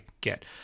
get